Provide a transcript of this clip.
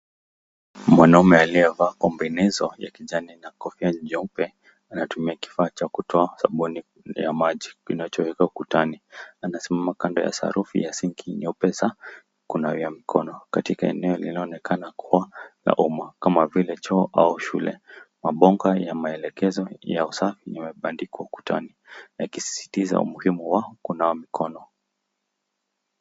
Mwanaume aliyevaa combination ya kijani na kofia nyeupe anatumia kifaa cha kutoa sabuni ya maji kinachowekwa ukutani. Anasimama kando ya saruji ya sinki kunawia mikono katika eneo linaloonekana kuwa la umma kama vile choo au shule. Mabonga ya maelekezo ya usafi yamebandikwa ukutani yakisisitiza umuhimu wa kunawa mikono.